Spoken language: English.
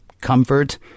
comfort